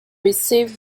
receive